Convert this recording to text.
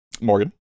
Morgan